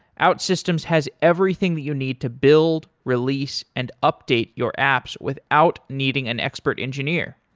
outsystems has everything that you need to build, release and update your apps without needing an expert engineer.